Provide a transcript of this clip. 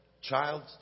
Child